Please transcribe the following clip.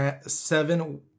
seven